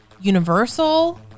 Universal